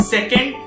Second